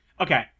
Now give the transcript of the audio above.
okay